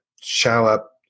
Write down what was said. shower